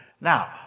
Now